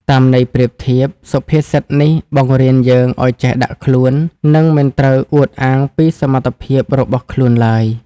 តាមន័យប្រៀបធៀប សុភាសិតនេះបង្រៀនយើងឱ្យចេះដាក់ខ្លួន និងមិនត្រូវអួតអាងពីសមត្ថភាពរបស់ខ្លួនឡើយ។